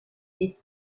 est